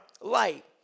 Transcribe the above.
light